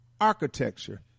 architecture